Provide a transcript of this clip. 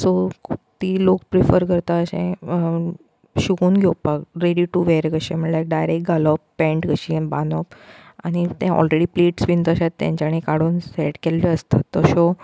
so ती लोक prefer करता अशें शिंवून घेवपाक रेडी टू वेअर कशे म्हणल्या डायरेक्ट घालप पेंट कशी बांदप आनी तेणे ऑलरेडी प्लेट्स बीन तशें तेंच्यांनी काडून सेट केल्ल्यो आसता तश्यो